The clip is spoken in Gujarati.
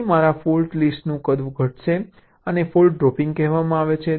તેથી મારા ફોલ્ટ લિસ્ટનું કદ ઘટશે આને ફોલ્ટ ડ્રોપિંગ કહેવામાં આવે છે